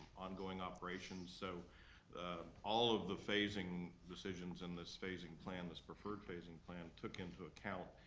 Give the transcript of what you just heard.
ongoing operation, so all of the phasing decisions in this phasing plan, this preferred phasing plan, took into account